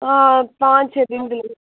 हाँ पाँच छ दिन